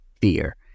fear